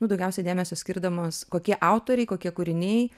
nu daugiausia dėmesio skirdamos kokie autoriai kokie kūriniai